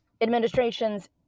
administration's